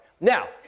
Now